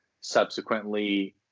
subsequently